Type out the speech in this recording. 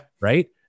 Right